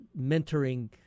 mentoring